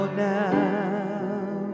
now